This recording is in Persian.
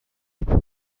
پاک